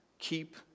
Keep